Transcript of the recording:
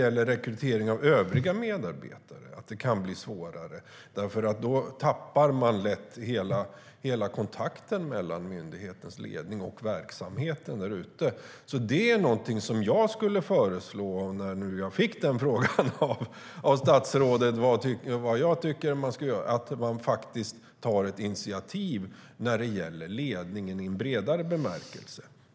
Då kan rekrytering av övriga medarbetare bli svårare därför att man lätt tappar kontakten mellan myndighetens ledning och verksamheten ute i landet. Jag fick frågan av statsrådet vad jag har för förslag. Mitt förslag är att man tar ett initiativ när det gäller ledning i en vidare bemärkelse.